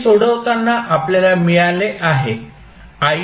हे सोडवताना आपल्याला मिळाले आहे